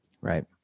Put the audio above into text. Right